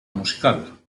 musical